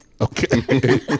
Okay